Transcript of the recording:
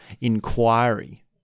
inquiry